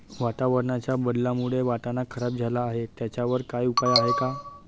वातावरणाच्या बदलामुळे वाटाणा खराब झाला आहे त्याच्यावर काय उपाय आहे का?